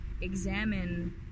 examine